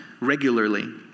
regularly